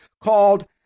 called